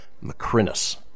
Macrinus